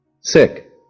SICK